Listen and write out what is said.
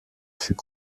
fut